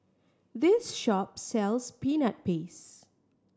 this shop sells Peanut Paste